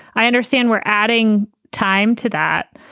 i understand we're adding time to that.